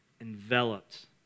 enveloped